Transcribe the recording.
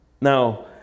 Now